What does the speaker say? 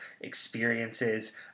experiences